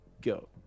go